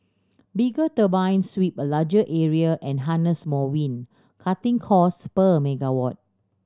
bigger turbines sweep a larger area and harness more wind cutting costs per megawatt